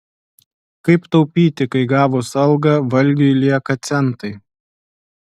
kaip taupyti kai gavus algą valgiui lieka centai